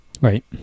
Right